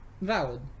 Valid